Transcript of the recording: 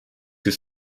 siis